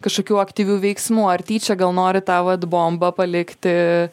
kažkokių aktyvių veiksmų ar tyčia gal nori tą vat bombą palikti